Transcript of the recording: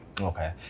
okay